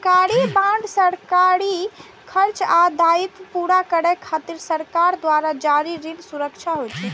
सरकारी बांड सरकारी खर्च आ दायित्व पूरा करै खातिर सरकार द्वारा जारी ऋण सुरक्षा होइ छै